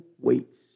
waits